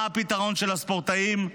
מה הפתרון של הספורטאים?